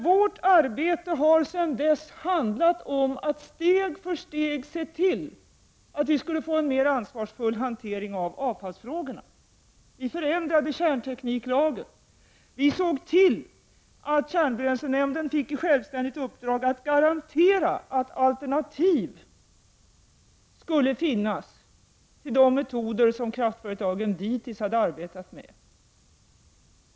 Vårt arbete har sedan dess handlat om att steg för steg se till att vi skulle få en mer ansvarsfull hantering av avfallsfrågorna. Vi förändrade kärntekniklagen. Vi såg till att kärnbränslenämnden fick ett självständigt uppdrag att garantera att alternativ skulle finnas till de metoder som kraftföretagen dittills hade arbetat med.